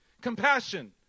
compassion